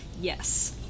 yes